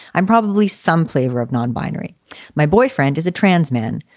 i'm probably some flavor of non-binary. my boyfriend is a transmen.